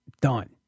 Done